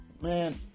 Man